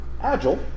agile